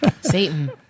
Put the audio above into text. Satan